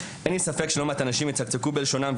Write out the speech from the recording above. אין לי ספק שלא מעט אנשים יצקצקו בלשונם,